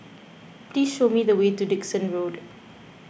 please show me the way to Dickson Road